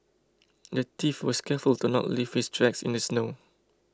the thief was careful to not leave his tracks in the snow